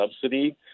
subsidy